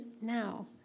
now